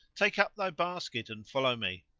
take up thy basket and follow me.